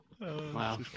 Wow